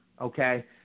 Okay